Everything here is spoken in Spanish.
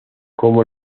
como